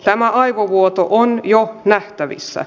tämä aivovuoto on jo nähtävissä